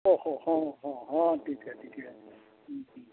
ᱚ ᱦᱚᱸ ᱦᱚᱸ ᱦᱚᱸ ᱴᱷᱤᱠᱼᱟ ᱴᱷᱤᱠᱼᱟ ᱦᱮᱸ ᱦᱮᱸ